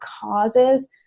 causes